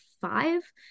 five